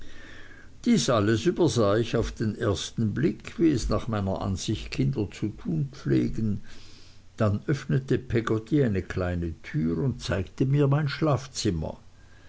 dies alles übersah ich auf den ersten blick wie es nach meiner ansicht kinder zu tun pflegen dann öffnete peggotty eine kleine tür und zeigte mir mein schlafzimmer